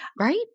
Right